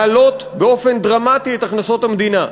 להעלות באופן דרמטי את הכנסות המדינה.